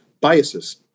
biases